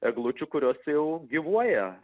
eglučių kurios jau gyvuoja